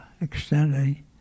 extending